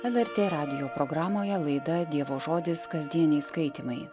lrt radijo programoje laida dievo žodis kasdieniai skaitymai